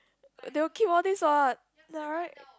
they will keep all these what ya right